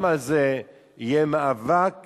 גם אז יהיה מאבק